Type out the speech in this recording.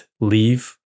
leave